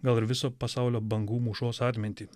gal ir viso pasaulio bangų mūšos atmintį